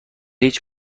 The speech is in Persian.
هیچ